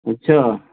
अच्छा